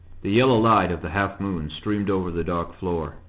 the yellow light of the half-moon streamed over the dark floor.